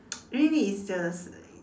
really it's just